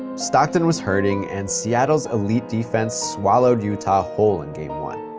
stockton was hurting, and seattle's elite defense swallowed utah whole in game one.